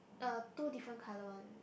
uh two different color